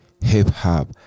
Hip-hop